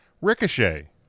Ricochet